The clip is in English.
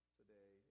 today